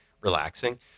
relaxing